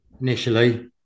initially